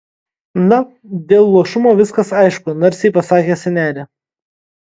na dėl luošumo viskas aišku narsiai pasakė senelė